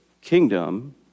kingdom